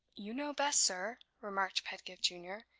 you know best, sir, remarked pedgift junior,